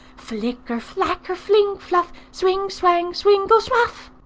flicker, flacker, fling, fluff! swing, swang, swingle, swuff